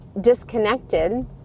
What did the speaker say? disconnected